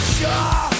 sure